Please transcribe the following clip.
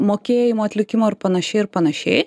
mokėjimų atlikimo ir panašiai ir panašiai